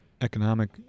economic